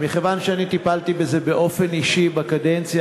מכיוון שאני טיפלתי בזה באופן אישי בקדנציה